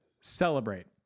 Celebrate